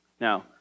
Now